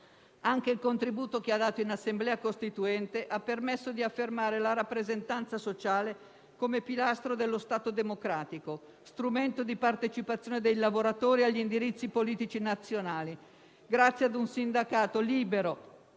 Anche il contributo che ha dato in Assemblea costituente ha permesso di affermare la rappresentanza sociale come pilastro dello Stato democratico, strumento di partecipazione dei lavoratori agli indirizzi politici nazionali, grazie a un sindacato libero,